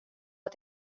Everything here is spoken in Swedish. att